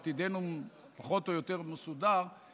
עתידנו פחות או יותר מסודר,